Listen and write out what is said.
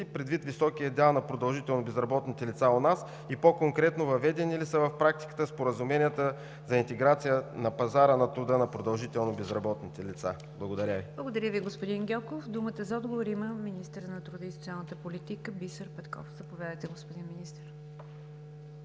предвид високия дял на продължително безработните лица у нас, и по-конкретно въведени ли са в практиката споразуменията за интеграция на пазара на труда на продължително безработните лица? Благодаря Ви. ПРЕДСЕДАТЕЛ НИГЯР ДЖАФЕР: Благодаря Ви, господин Гьоков. Думата за отговор има министърът на труда и социалната политика Бисер Петков. Заповядайте, господин Министър.